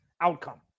outcome